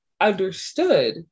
understood